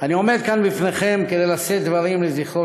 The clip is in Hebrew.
אני עומד כאן בפניכם כדי לשאת דברים לזכרו